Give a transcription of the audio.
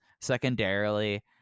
Secondarily